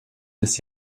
des